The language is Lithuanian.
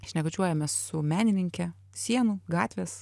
šnekučiuojamės su menininke sienų gatvės